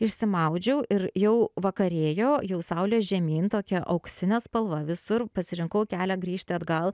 išsimaudžiau ir jau vakarėjo jau saulė žemyn tokia auksinė spalva visur pasirinkau kelią grįžti atgal